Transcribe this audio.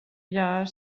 gör